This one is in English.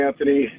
Anthony